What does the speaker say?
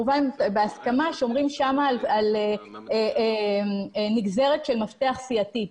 ובהסכמה שומרים שם על נגזרת של מפתח סיעתי.